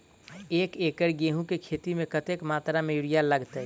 एक एकड़ गेंहूँ केँ खेती मे कतेक मात्रा मे यूरिया लागतै?